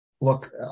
Look